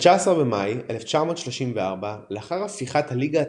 ב-19 במאי 1934 לאחר הפיכת "הליגה הצבאית,